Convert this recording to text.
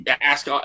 ask